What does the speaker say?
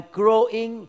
growing